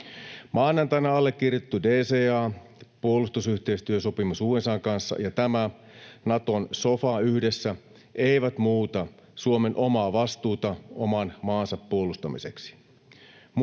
Maanantaina allekirjoitettu DCA-puolustusyhteistyösopimus USA:n kanssa ja tämä Naton sofa yhdessä eivät muuta Suomen omaa vastuuta oman maansa puolustamiseksi,